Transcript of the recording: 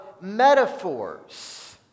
metaphors